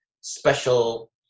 special